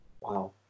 Wow